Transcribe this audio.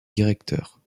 directeur